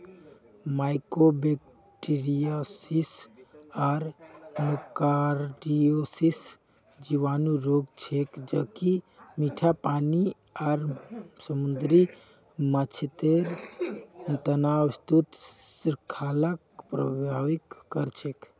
mycobacteriosis आर nocardiosis जीवाणु रोग छेक ज कि मीठा पानी आर समुद्री माछेर तना विस्तृत श्रृंखलाक प्रभावित कर छेक